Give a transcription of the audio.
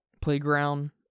playground